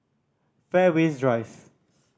Fairways Drive